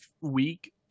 week